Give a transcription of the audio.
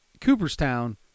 Cooperstown